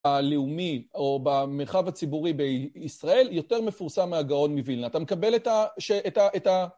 הלאומי, או במרחב הציבורי בישראל, יותר מפורסם מהגאון מוילנה. אתה מקבל את ה...